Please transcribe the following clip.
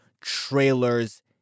trailers